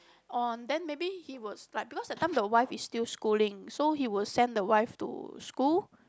on then maybe he was like because that time the wife is still schooling so he will send the wife to school